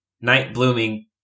night-blooming